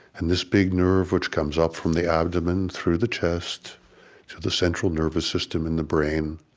and this big nerve, which comes up from the abdomen, through the chest to the central nervous system in the brain,